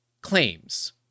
claims